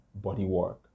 bodywork